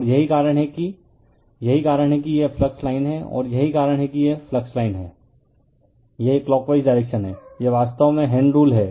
और यही कारण है कि यही कारण है कि यह फ्लक्स लाइन है और यही कारण है कि यह फ्लक्स लाइन है यह क्लॉक वाइज डायरेक्शन है यह वास्तव में हैण्ड रूल है